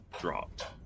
dropped